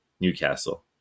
Newcastle